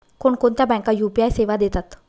कोणकोणत्या बँका यू.पी.आय सेवा देतात?